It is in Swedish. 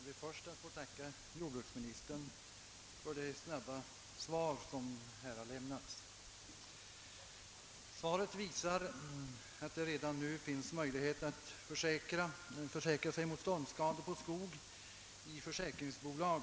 Herr talman! Jag ber först att få tacka jordbruksministern för det snabba svar som här har lämnats. Av svaret framgår att det redan nu finns möjligheter att försäkra sig mot stormskador på skog i försäkringsbolag.